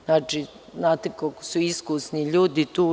Znači, znate koliko su iskusni ljudi tu.